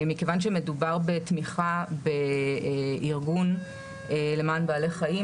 מכיוון שמדובר בתמיכה בארגון למען בעלי חיים,